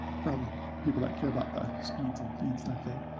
from people that care about the speeds and feeds type thing.